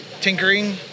tinkering